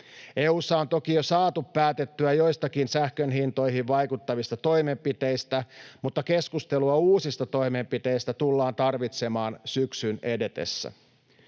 EU:ssa on toki jo saatu päätettyä joistakin sähkön hintoihin vaikuttavista toimenpiteistä, mutta keskustelua uusista toimenpiteistä tullaan tarvitsemaan syksyn edetessä.